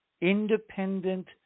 independent